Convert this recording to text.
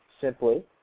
simply